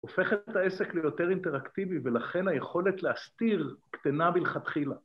הופכת את העסק ליותר אינטראקטיבי ולכן היכולת להסתיר קטנה מלכתחילה.